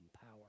power